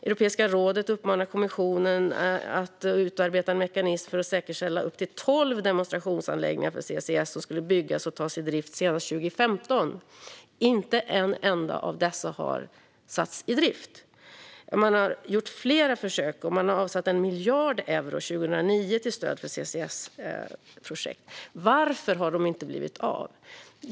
Europeiska rådet uppmanade kommissionen att utarbeta en mekanism för att säkerställa upp till tolv demonstrationsanläggningar för CCS, som skulle byggas och tas i drift senast 2015. Men inte en enda av dessa har satts i drift. Flera försök har gjorts, och man avsatte 1 miljard euro 2009 till stöd för CCS-projekt. Varför har de inte blivit av?